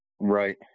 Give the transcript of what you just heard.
Right